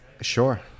Sure